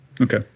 okay